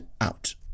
out